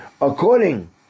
According